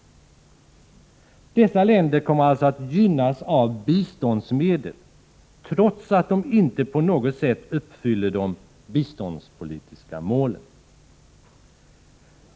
Dessa länder gynnas av biståndsmedel, trots att de inte på något sätt uppfyller de biståndspolitiska målen.